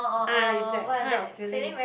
ah it's that kind of feeling